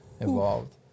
involved